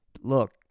look